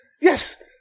yes